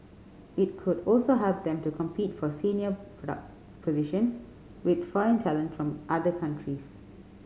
it could also help them to compete for senior product positions with foreign talent from other countries